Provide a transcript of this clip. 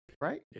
Right